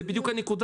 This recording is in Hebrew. זה בדיוק הנקודה.